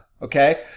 Okay